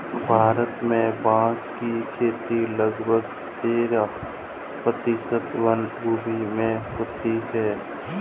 भारत में बाँस की खेती लगभग तेरह प्रतिशत वनभूमि में होती है